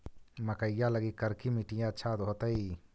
मकईया लगी करिकी मिट्टियां अच्छा होतई